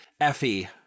Effie